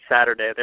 Saturday